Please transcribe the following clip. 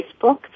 Facebook